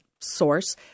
source